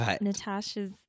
Natasha's